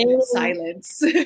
silence